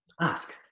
ask